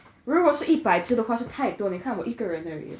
如果是一百只的话是太多了你看我一个人而已